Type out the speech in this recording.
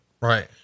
right